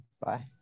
Bye